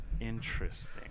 Interesting